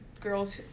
girls